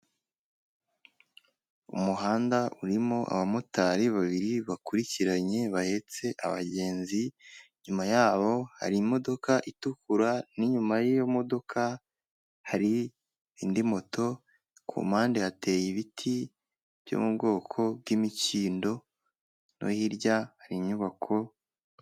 Umuhanda urimo abamotari babiri bakurikiranye bahetse abagenzi, inyuma yabo hari imodoka itukura, n'inyuma y'iyo modoka hari indi moto, ku mpande hateye ibiti byo mu bwoko bw'imikindo no hirya hari inyubako.